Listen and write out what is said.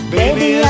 baby